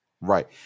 Right